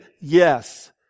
yes